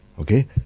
Okay